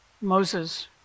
Moses